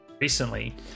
recently